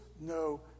no